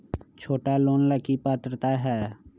छोटा लोन ला की पात्रता है?